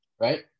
Right